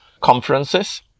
conferences